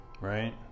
Right